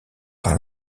par